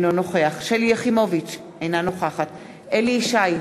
אינו נוכח שלי יחימוביץ, אינה נוכחת אליהו ישי,